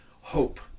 hope